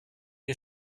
ihr